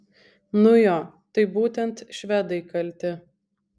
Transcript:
nu jo tai būtent švedai kalti